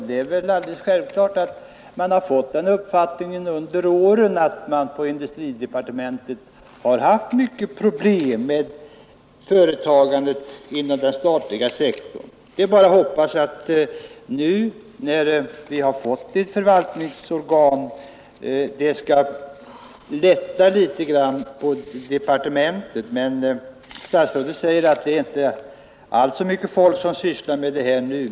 Det är väl alldeles självklart att man har fått den uppfattningen under åren att industridepartementet har haft många problem med företagandet inom den statliga sektorn. Det är bara att hoppas att det nu, när vi har fått ett förvaltningsorgan, skall lätta litet på departementet. Statsrådet säger att det nu inte är så många människor som sysslar med detta.